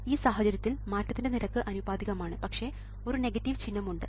ഈ സാഹചര്യത്തിൽ മാറ്റത്തിന്റെ നിരക്ക് ആനുപാതികമാണ് പക്ഷേ ഒരു നെഗറ്റീവ് ചിഹ്നം ഉണ്ട്